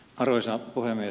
arvoisa puhemies